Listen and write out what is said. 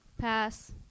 pass